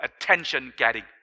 attention-getting